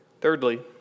Thirdly